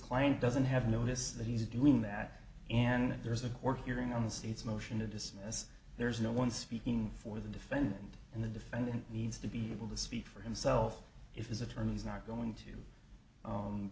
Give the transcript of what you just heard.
client doesn't have notice that he's doing that and there's a court hearing on the state's motion to dismiss there's no one speaking for the defendant in the defendant needs to be able to speak for himself if his attorney is not going to